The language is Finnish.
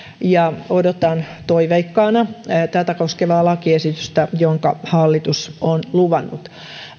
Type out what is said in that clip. ja odotan toiveikkaana tätä koskevaa lakiesitystä jonka hallitus on luvannut